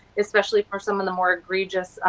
especially for some of the more egregious